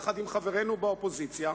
יחד עם חברינו באופוזיציה,